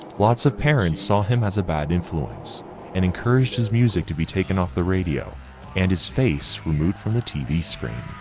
lots of parents saw him as a bad influence and encouraged his music to be taken off the radio and his face removed from the tv screen.